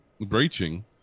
breaching